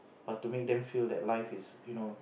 but to make them feel that life is you know